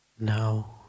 Now